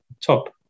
top